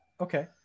Okay